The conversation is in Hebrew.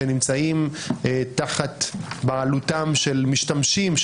שנמצאים תחת בעלותם של משתמשים,